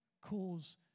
cause